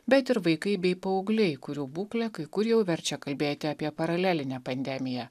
bet ir vaikai bei paaugliai kurių būklė kai kur jau verčia kalbėti apie paralelinę pandemiją